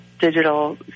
digital